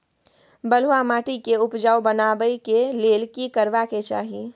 बालुहा माटी के उपजाउ बनाबै के लेल की करबा के चाही?